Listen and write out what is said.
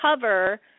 cover